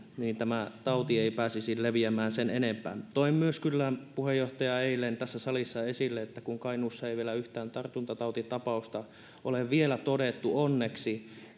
silloin tämä tauti ei pääsisi leviämään sen enempää toin myös kyllä puheenjohtaja eilen tässä salissa esille että kun kainuussa ei yhtään tartuntatautitapausta ole vielä todettu onneksi